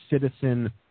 citizen